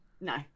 No